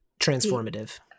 Transformative